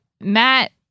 Matt